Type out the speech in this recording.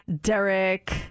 Derek